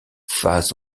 face